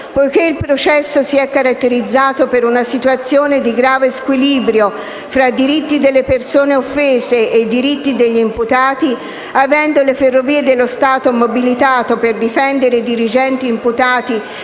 Poiché il processo si è caratterizzato per una situazione di grave squilibrio tra diritti delle persone offese e diritti degli imputati, avendo le Ferrovie dello Stato mobilitato per difendere i dirigenti imputati